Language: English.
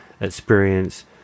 experience